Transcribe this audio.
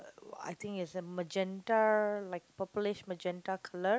uh I think it's a magenta like purplish magenta colour